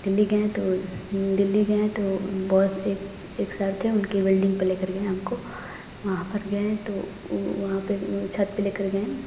दिल्ली गए तो दिल्ली गए तो बौस एक एक सर थे उनके बिल्डिंग पे लेकर के गए हमको वहाँ पर गए तो उ वहाँ पे वो छत पे लेकर के गए